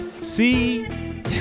See